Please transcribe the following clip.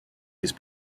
his